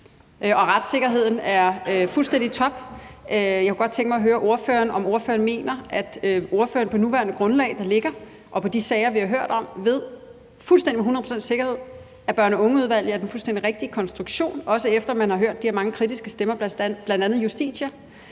og retssikkerheden er fuldstændig i top. Jeg kunne godt tænke mig at høre ordføreren, om ordføreren mener, at ordføreren på det grundlag, der ligger nu, og med de sager, vi har hørt om, fuldstændig med hundrede procents sikkerhed ved, at børn og unge-udvalget er den fuldstændig rigtige konstruktion, også efter at man har hørt de her mange kritiske stemmer, blandt andet fra Justitia.